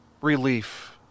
relief